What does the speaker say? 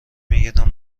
میگیرند